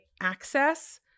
access